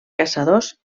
caçadors